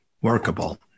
workable